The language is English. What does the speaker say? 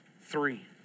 three